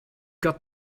got